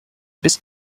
bis